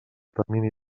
termini